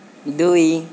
ଦୁଇ